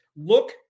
Look